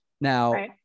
Now